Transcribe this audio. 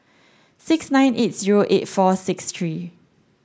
six nine eight zero eight four six three